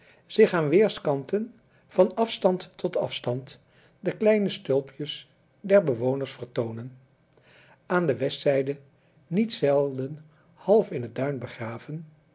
zich aan weerskanten van afstand tot afstand de kleine stulpjes der bewoners vertoonen aan de westzijde niet zelden half in het duin begraven